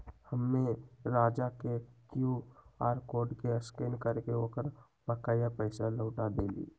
हम्मे राजा के क्यू आर कोड के स्कैन करके ओकर बकाया पैसा लौटा देली